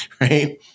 Right